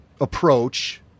approach